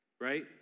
right